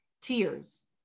tears